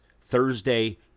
Thursday